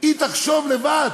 היא תחשוב לבד: